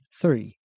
three